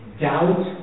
doubt